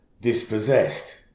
dispossessed